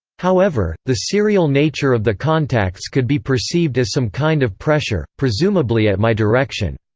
however, the serial nature of the contacts could be perceived as some kind of pressure, presumably at my direction.